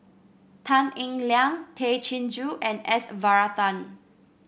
Tan Eng Liang Tay Chin Joo and S Varathan